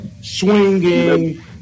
Swinging